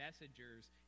messengers